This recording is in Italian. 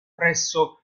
presso